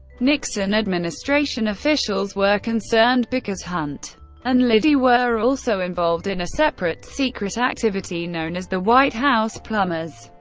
nixon administration officials were concerned, because hunt and liddy were also involved in a separate secret activity known as the white house plumbers,